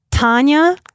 Tanya